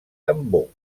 tambor